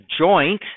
joint